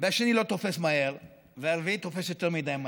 והשני לא תופס מהר והרביעי תופס יותר מדי מהר.